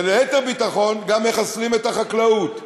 וליתר ביטחון, גם מחסלים את החקלאות.